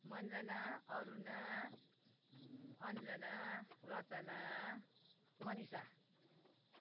Manjana Aruna Anjana Rachana Manisha